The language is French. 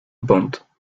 band